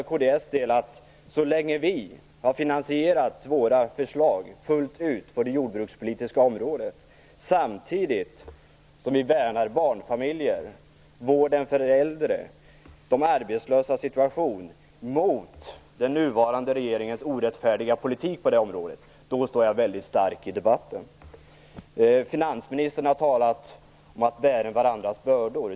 Jag kan då för kds del säga, att så länge vi har finansierat våra förslag fullt ut på det jordbrukspolitiska området, samtidigt som vi värnar om barnfamiljer, vården för äldre och de arbetslösa, mot den nuvarande regeringens orättfärdiga politik på det här området står jag väldigt stark i debatten. Finansministern har talat om att man skall bära varandras bördor.